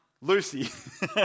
Lucy